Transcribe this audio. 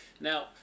now